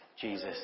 Jesus